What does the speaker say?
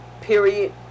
Period